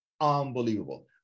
unbelievable